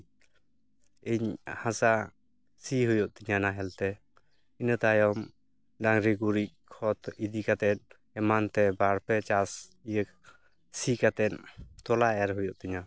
ᱤᱧ ᱦᱟᱥᱟ ᱥᱤ ᱦᱩᱭᱩᱜ ᱛᱤᱧᱟᱹ ᱱᱟᱦᱮᱞᱛᱮ ᱤᱱᱟᱹ ᱛᱟᱭᱚᱢ ᱰᱟ ᱝᱨᱤ ᱜᱩᱨᱤᱡ ᱠᱷᱮᱛ ᱤᱫᱤ ᱠᱟᱛᱮᱫ ᱮᱢᱟᱱᱛᱮ ᱵᱟᱨ ᱯᱮ ᱪᱟᱥ ᱥᱤ ᱠᱟᱛᱮᱫ ᱛᱚᱞᱟ ᱮᱨ ᱦᱩᱭᱩᱜ ᱛᱤᱧᱟᱹ